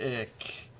dick.